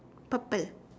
purple